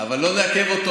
אבל לא נעכב אותו.